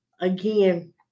again